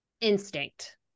instinct